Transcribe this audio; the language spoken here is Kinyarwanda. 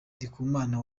ndikumana